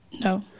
No